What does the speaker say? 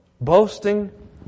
Boasting